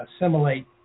assimilate